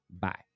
Bye